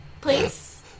please